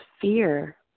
fear